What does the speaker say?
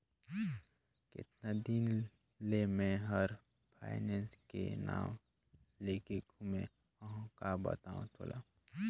केतना दिन ले मे हर फायनेस के नाव लेके घूमें अहाँ का बतावं तोला